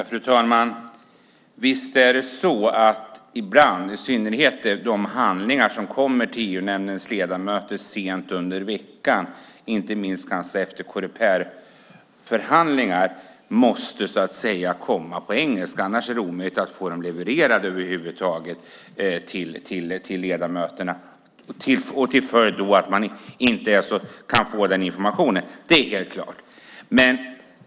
Fru talman! Visst är det så ibland att i synnerhet de handlingar som kommer till EU-nämndens ledamöter sent under veckan och kanske inte minst inför Coreperförhandlingar måste komma på engelska. Annars är det omöjligt att leverera det över huvud taget till ledamöterna med följden att de inte kan få den informationen. Det är helt klart.